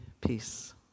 peace